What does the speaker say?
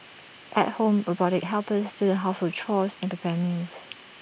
at home robotic helpers do the household chores and prepare meals